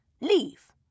Leave